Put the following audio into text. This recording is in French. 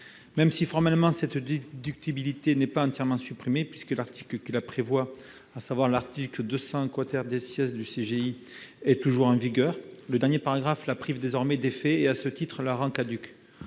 Même si, formellement, cette déductibilité n'est pas entièrement supprimée, puisque l'article qui la prévoit, à savoir l'article 200 du CGI, est toujours en vigueur, le dernier paragraphe la prive désormais d'effet et la rend caduque,